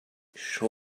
show